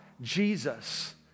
Jesus